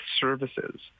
services